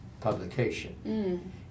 publication